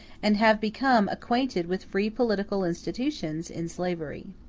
and have become acquainted with free political institutions in slavery.